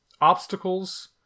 obstacles